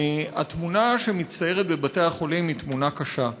התמונה שמצטיירת בבתי החולים היא תמונה קשה.